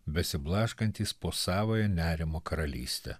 besiblaškantys po savąją nerimo karalystę